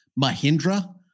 Mahindra